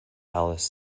alice